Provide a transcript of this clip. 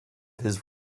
his